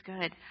good